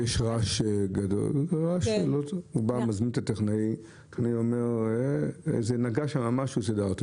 זה לא איזה קלקול שאתה אומר קרה איזה קצר בגלל משהו אחר.